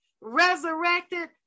resurrected